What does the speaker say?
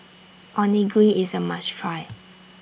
Onigiri IS A must Try